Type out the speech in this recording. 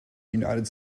united